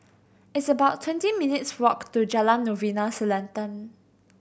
it's about twenty minutes' walk to Jalan Novena Selatan